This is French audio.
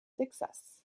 texas